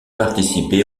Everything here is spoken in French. participé